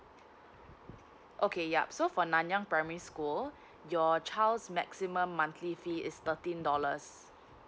okay yup so for nanyang primary school your child's maximum monthly fee is thirteen dollars